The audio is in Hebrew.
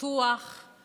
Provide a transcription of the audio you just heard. שלחטיבה להתיישבות